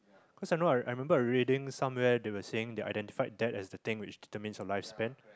cause I know I remember reading some of that they were saying they identified that as the thing which determined a lifespan